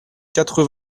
quatre